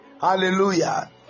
hallelujah